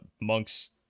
Monks